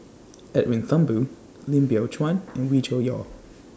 Edwin Thumboo Lim Biow Chuan and Wee Cho Yaw